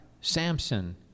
Samson